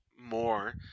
more